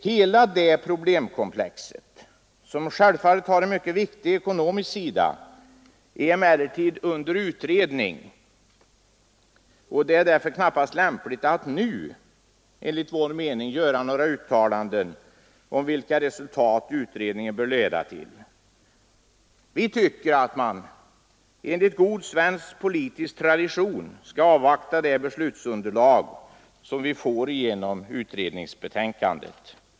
Hela det problemkomplexet, som självfallet har en mycket viktig ekonomisk sida, är emellertid under utredning, och det är därför enligt vår mening knappast lämpligt att nu göra uttalanden om vilka resultat utredningen bör leda till. Vi tycker att man enligt god svensk politisk tradition skall avvakta det beslutsunderlag vi får genom utredningsbetänkandet.